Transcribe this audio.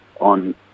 on